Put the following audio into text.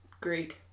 great